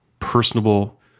personable